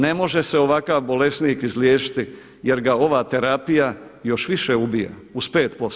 Ne može se ovakav bolesnik izliječiti, jer ga ova terapija još više ubija uz 5%